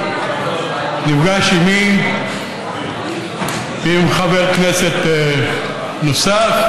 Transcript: נפגש עימי ועם חבר כנסת נוסף.